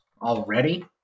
already